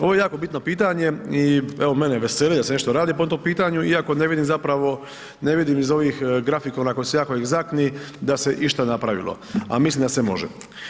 Ovo je jako bitno pitanje i evo mene veseli da se nešto radi po tom pitanju iako ne vidim zapravo, ne vidim iz ovih grafikona koji su jako egzaktni, da se išta napravilo a mislim da se može.